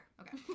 Okay